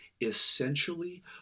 essentially